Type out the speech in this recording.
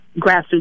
grassroots